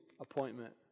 appointment